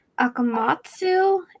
Akamatsu